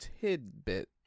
tidbit